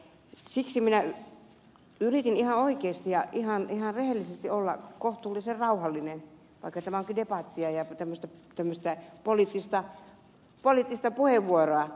siksi minä yritin ihan oikeasti ja ihan rehellisesti olla kohtuullisen rauhallinen vaikka tämä onkin debattia ja tämmöistä poliittista puheenvuoroa